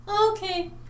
Okay